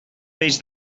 peix